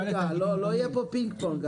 לא יהיה פה פינג פונג,